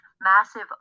massive